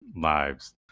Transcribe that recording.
lives